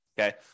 okay